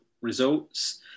results